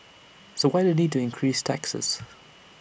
so why the need to increase taxes